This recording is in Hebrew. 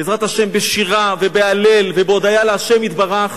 בעזרת השם, בשירה, בהלל, ובהודיה לה' יתברך